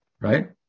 Right